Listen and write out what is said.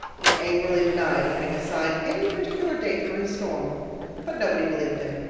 he angrily denied having assigned any particular date for his storm but nobody believed him.